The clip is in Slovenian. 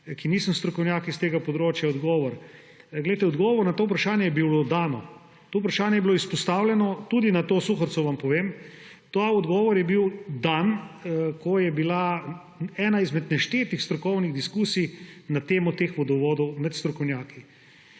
ki nisem strokovnjak s tega področja, odgovor. Glejte, odgovor na to vprašanje je bil oddan. To vprašanje je bilo izpostavljeno, tudi na to Suhorico. Vam povem, ta odgovor je bil dan, ko je bila ena izmed neštetih strokovnih diskusij na temo teh vodovodov med strokovnjaki.